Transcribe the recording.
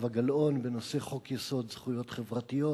גלאון בנושא חוק-יסוד: זכויות חברתיות.